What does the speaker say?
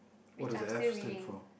what does the F stand for